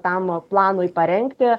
tam planui parengti